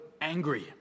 angry